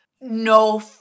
No